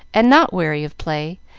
and not weary of play,